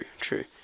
true